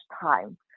time